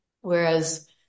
Whereas